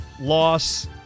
loss